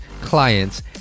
clients